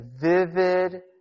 vivid